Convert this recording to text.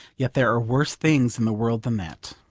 yet there are worse things in the world than that.